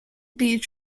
beach